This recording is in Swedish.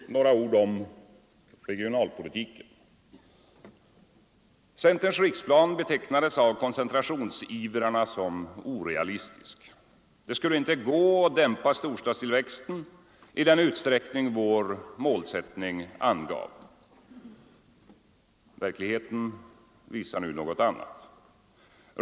Några ord om regionalpolitiken. Centerns riksplan betecknades av koncentrationsivrarna som orealistisk. Det skulle inte gå att dämpa storstadstillväxten i den utsträckning vår målsättning angav. Verkligheten'visar nu något annat.